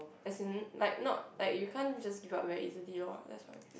as in like not like you can't just give up very easily lor that's what I feel